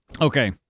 okay